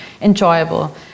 enjoyable